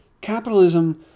Capitalism